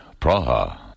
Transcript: Praha. (